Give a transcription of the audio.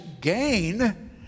gain